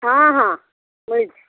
ହଁ ହଁ ମିଳିଛି